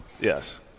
Yes